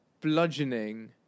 bludgeoning